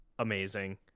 Amazing